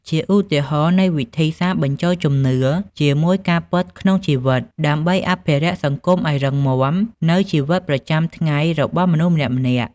ជាឧទាហរណ៍នៃវិធីសាស្ត្របញ្ចូលជំនឿជាមួយការពិតក្នុងជីវិត ដើម្បីអភិរក្សសង្គមឲ្យរឹងមាំ នូវជីវិតប្រចាំថ្ងៃរបស់មនុស្សម្នាក់ៗ។